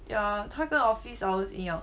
err 他跟 office hours 一样